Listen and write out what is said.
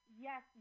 Yes